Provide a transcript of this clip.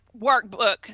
workbook